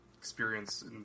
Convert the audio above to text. experience